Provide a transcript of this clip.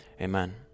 Amen